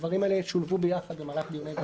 הדברים האלה שולבו ביחד במהלך דיוני הוועדה.